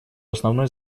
основной